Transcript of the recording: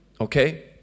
Okay